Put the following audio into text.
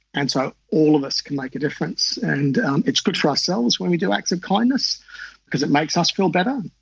and so all of us can make a difference. and it's good for ourselves when we do acts of kindness because it makes us feel better,